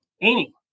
Amy